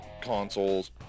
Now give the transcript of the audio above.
consoles